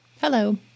Hello